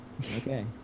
Okay